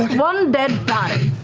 one dead body.